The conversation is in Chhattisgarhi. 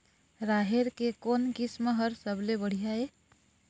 राहेर के कोन किस्म हर सबले बढ़िया ये?